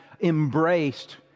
embraced